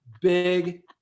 big